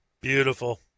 Beautiful